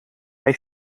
hij